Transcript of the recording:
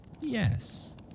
yes